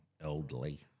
elderly